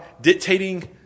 dictating